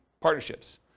partnerships